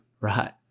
Right